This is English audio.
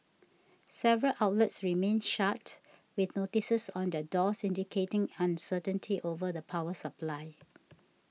several outlets remained shut with notices on their doors indicating uncertainty over the power supply